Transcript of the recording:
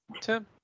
tim